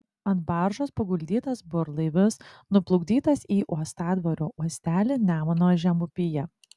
ant baržos paguldytas burlaivis nuplukdytas į uostadvario uostelį nemuno žemupyje